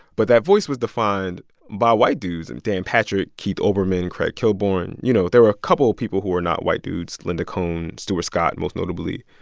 but that voice was defined by white dudes and dan patrick, keith olbermann and craig kilborn. you know, there were a couple of people who were not white dudes linda cohn, stuart scott, most notably.